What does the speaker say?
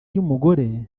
y’umugore